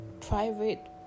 private